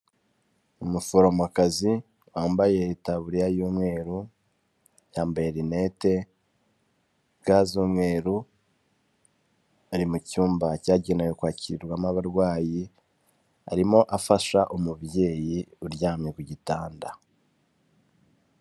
Umuforomo kazi wambaye itaburiya y'umweru, yambaye rinete, ga z'umweru, ari mu cyumba cyagenewe kwakirirwamo abarwayi, arimo afasha umubyeyi uryamye ku gitanda.